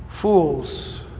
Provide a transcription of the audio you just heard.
Fools